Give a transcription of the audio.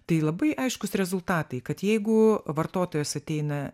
tai labai aiškūs rezultatai kad jeigu vartotojas ateina